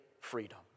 freedom